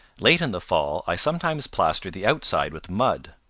late in the fall i sometimes plaster the outside with mud.